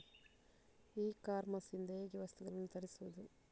E commerce ಇಂದ ಹೇಗೆ ವಸ್ತುಗಳನ್ನು ತರಿಸುವುದು?